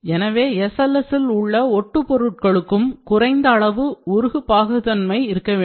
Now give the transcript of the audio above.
எனவே SLS இல் உள்ள ஒட்டு பொருள்களுக்கும் குறைந்த அளவு உருகு பாகுத்தன்மை இருக்க வேண்டும்